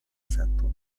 senton